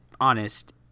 honest